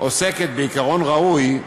עוסקת בעיקרון ראוי,